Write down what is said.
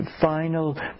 final